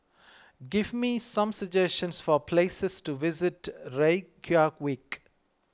give me some suggestions for places to visit Reykjavik